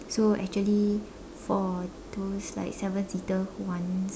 so actually for those like seven seater who wants